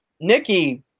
Nikki